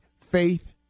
Faith